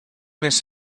miss